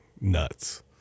nuts